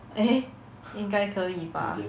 eh 应该可以吧